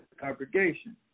congregation